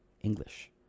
English